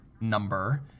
number